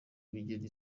bigira